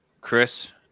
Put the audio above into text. Chris